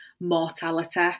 mortality